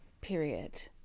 period